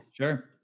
Sure